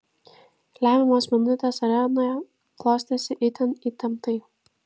lemiamos minutės arenoje klostėsi itin įtemptai